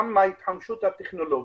גם ההתחמשות הטכנולוגית,